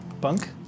Bunk